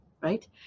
right